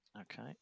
Okay